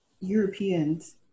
Europeans